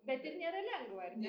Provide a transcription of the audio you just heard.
bet ir nėra lengva ar ne